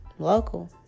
local